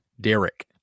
Derek